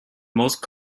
most